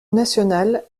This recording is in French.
nationale